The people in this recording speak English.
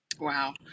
Wow